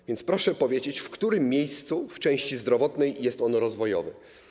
A więc proszę powiedzieć, w którym miejscu w części zdrowotnej jest on rozwojowy.